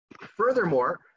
Furthermore